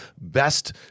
best